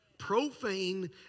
Profane